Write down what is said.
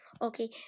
Okay